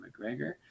McGregor